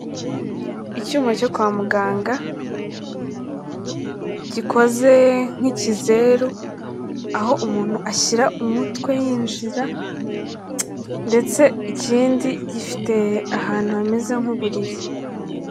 Icyuma cyo kwa muganga, gikoze nk'ikizeru, aho umuntu ashyira umutwe yinjira, ndetse ikindi gifite ahantu hameze nk'uburiri.